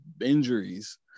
injuries